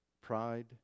pride